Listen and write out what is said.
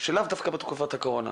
לאו דווקא בתקופת הקורונה.